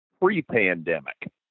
pre-pandemic